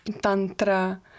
Tantra